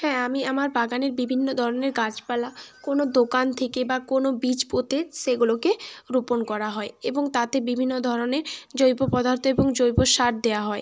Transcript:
হ্যাঁ আমি আমার বাগানের বিভিন্ন ধরনের গাছপালা কোনো দোকান থেকে বা কোনো বীজ পুঁতে সেগুলোকে রোপণ করা হয় এবং তাতে বিভিন্ন ধরনের জৈব পদার্থ এবং জৈব সার দেওয়া হয়